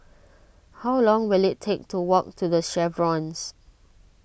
how long will it take to walk to the Chevrons